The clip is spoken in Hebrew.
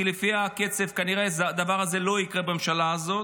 כי לפי הקצב כנראה הדבר הזה לא יקרה בממשלה הזאת.